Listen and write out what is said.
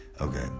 okay